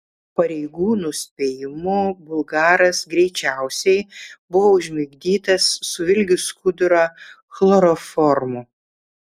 pareigūnų spėjimu bulgaras greičiausiai buvo užmigdytas suvilgius skudurą chloroformu